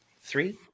Three